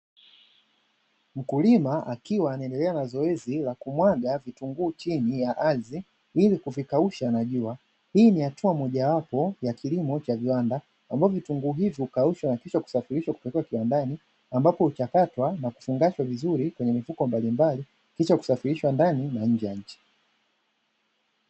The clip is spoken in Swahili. Mkulima akiwa anaendelea na zoezi la kumwaga vitunguu chini ya ardhi, ili kuvikausha na jua, hii ni hatua mojawapo ya kilimo cha viwanda, ambapo vitunguu hivyo hukaushwa na kisha kusafirishwa kupelekwa kiwandani, ambapo huchakatwa na kufungashwa vizuri kwenye vifuko mbalimbali, kisha kusafirishwa ndani na nje ya nchi.